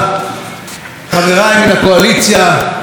חבריי מן הקואליציה, ראש הממשלה,